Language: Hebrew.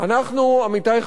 עמיתי חברי הכנסת,